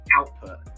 output